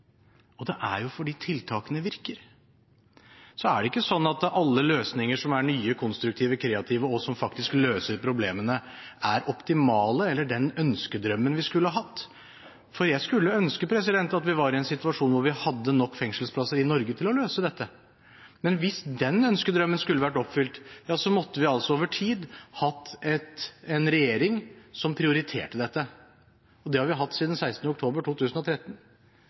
Det er fordi tiltakene virker. Så er det ikke sånn at alle løsninger som er nye, konstruktive, kreative og faktisk løser problemene, er optimale eller oppfyller ønskedrømmen vår. Jeg skulle ønske at vi var i en situasjon der vi hadde nok fengselsplasser i Norge til å løse dette. Men hvis den ønskedrømmen skulle vært oppfylt, måtte vi over tid hatt en regjering som prioriterte dette. Det har vi hatt siden 16. oktober 2013,